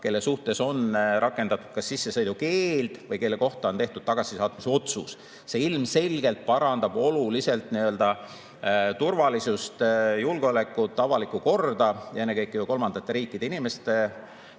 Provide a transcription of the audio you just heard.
kelle suhtes on rakendatud sissesõidukeeldu või kelle kohta on tehtud tagasisaatmisotsus. See ilmselgelt parandab oluliselt turvalisust, julgeolekut, avalikku korda ennekõike silmas pidades kolmandate riikide inimesi,